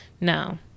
no